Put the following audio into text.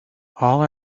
all